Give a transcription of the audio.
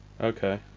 Okay